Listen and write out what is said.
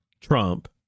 Trump